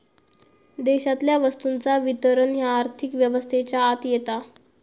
देशातल्या वस्तूंचा वितरण ह्या आर्थिक व्यवस्थेच्या आत येता